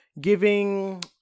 giving